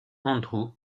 andrew